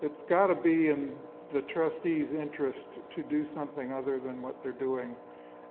it's gotta be in the trustee's interest to do something other than what they're doing